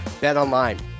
BetOnline